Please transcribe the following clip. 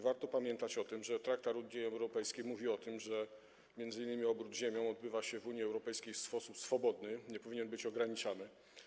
Warto pamiętać o tym, że traktat Unii Europejskiej mówi o tym, że m.in. obrót ziemią odbywa się w Unii Europejskiej w sposób swobodny i nie powinien być ograniczany.